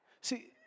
See